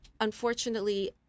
unfortunately